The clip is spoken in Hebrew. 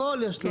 יש לו הכול.